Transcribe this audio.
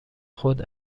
خود